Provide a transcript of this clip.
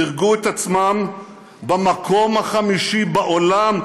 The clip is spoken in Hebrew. דירגו את עצמם במקום החמישי בעולם,